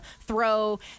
throw